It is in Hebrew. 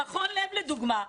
במכון לב לדוגמה,